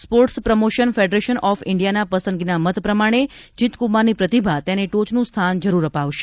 sports promotion federation of ઇન્ડિયાના પસંદગીના મત પ્રમાણે જીત્કુમારની પ્રતિભા તેને ટોચનું સ્થાન જરૂર અપાવશે